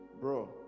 Bro